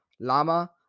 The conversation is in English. lama